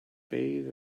bathe